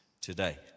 today